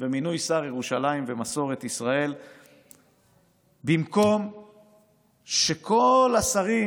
ומינוי שר ירושלים ומסורת ישראל במקום שכל השרים,